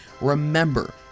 Remember